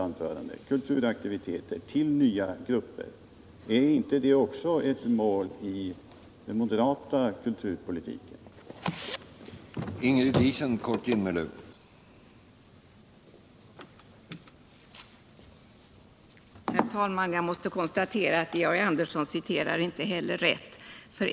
na kulturändamål, m.m. INGRID DIESEN kort genmäle: Herr talman! Jag måste konstatera att Georg Andersson inte refererar riktigt.